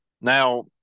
Now